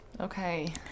okay